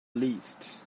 least